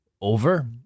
over